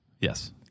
yes